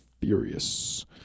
Furious